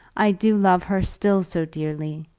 i do love her still so dearly!